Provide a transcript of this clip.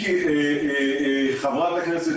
חברת הכנסת